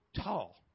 tall